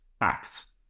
acts